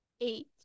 eight